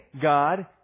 God